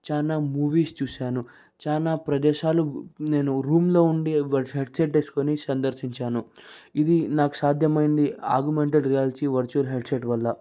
చాలా మూవీస్ చూశాను చానా ప్రదేశాలు నేను రూమ్లో ఉండి హెడ్సెట్ వేసుకుని సందర్శించాను ఇది నాకు సాధ్యమైంది ఆగ్మెంటెడ్ రియాలిటీ వర్చ్యువల్ హెడ్సెట్ వల్ల